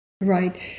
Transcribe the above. Right